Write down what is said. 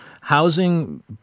housing